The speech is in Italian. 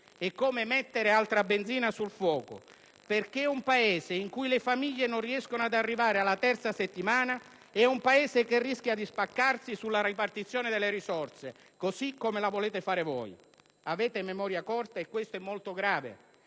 È come mettere altra benzina sul fuoco, perché un Paese in cui le famiglie non riescono ad arrivare alla terza settimana è un Paese che rischia di spaccarsi sulla ripartizione delle risorse, così come la volete fare voi. Avete la memoria corta, e questo è molto grave.